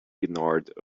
ignored